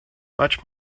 much